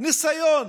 ניסיון